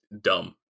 dumb